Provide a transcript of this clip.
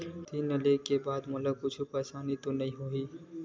ऋण लेके बाद मोला कुछु परेशानी तो नहीं होही?